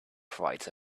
provides